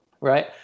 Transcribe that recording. right